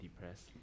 depressed